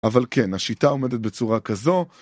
אבל כן, השיטה עומדת בצורה כזו.